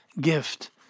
gift